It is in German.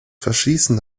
verschließen